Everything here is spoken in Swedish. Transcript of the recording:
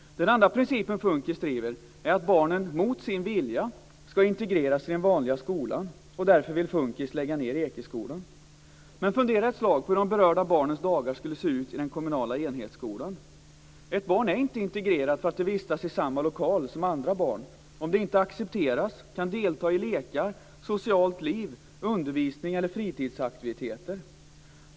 Den andra principen FUNKIS driver är att barnen mot sin vilja skall integreras i den vanliga skolan. Därför vill FUNKIS lägga ned Ekeskolan. Men fundera ett slag på hur de berörda barnens dagar skulle se ut i den kommunala enhetsskolan! Ett barn är inte integrerat för att det vistas i samma lokal som andra barn om det inte accepteras, inte kan delta i lekar, socialt liv, undervisning eller fritidsaktiviteter.